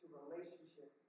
relationship